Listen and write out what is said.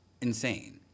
insane